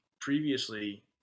previously